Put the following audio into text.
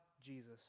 Jesus